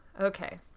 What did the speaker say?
Okay